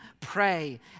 pray